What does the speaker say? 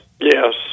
yes